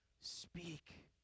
speak